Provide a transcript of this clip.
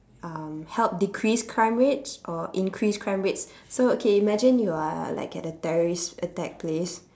um help decrease crime rates or increase crime rates so okay imagine you are like at a terrorist attack place